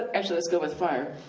actually, let's go with fire.